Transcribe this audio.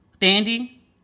dandy